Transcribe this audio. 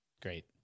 Great